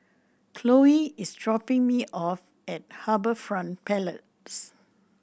Chloie is dropping me off at HarbourFront Palace